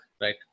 right